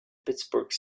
pittsburgh